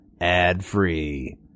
ad-free